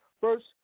First